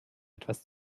etwas